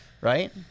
right